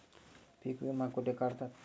पीक विमा कुठे काढतात?